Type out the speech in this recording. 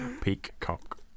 Peacock